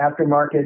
aftermarket